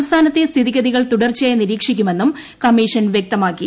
സംസ്ഥാനത്തെ സ്ഥിതിഗതികൾ തുടർച്ചയായി നിരീക്ഷിക്കുമെന്നും കമ്മീഷൻ വ്യക്തമാക്കി